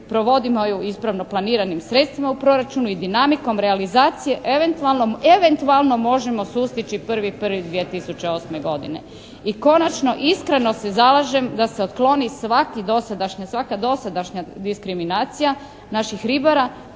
provodimo ju ispravno planiranim sredstvima u proračunu i dinamikom realizacije eventualno možemo sustići 1.1.2008. godine. I konačno, iskreno se zalažem da se otkloni svaki do sad, svaka dosadašnja diskriminacija naših ribara